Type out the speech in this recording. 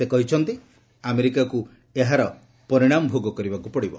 ସେ କହିଛନ୍ତି ଆମେରିକାକୁ ଏହାର ପରିଣାମ ଭୋଗ କରିବାକୁ ପଡ଼ିବ